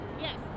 Yes